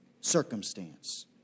circumstance